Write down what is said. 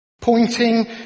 Pointing